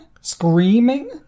Screaming